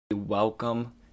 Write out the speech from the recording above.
Welcome